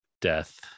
death